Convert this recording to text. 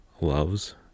loves